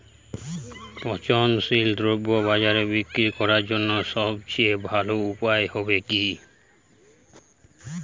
পচনশীল দ্রব্য বাজারে বিক্রয় করার জন্য সবচেয়ে ভালো উপায় কি হবে?